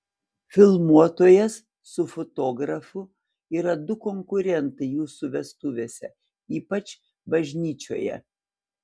filmuotojas su fotografu yra du konkurentai jūsų vestuvėse ypač bažnyčioje